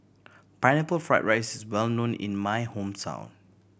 Pineapple Fried rice is well known in my hometown